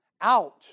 Out